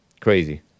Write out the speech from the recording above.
Crazy